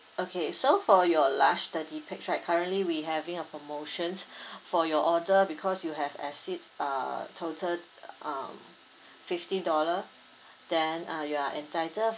okay so for your large thirty pax right currently we having a promotions for your order because you have exceed uh total uh fifty dollar then uh you are entitled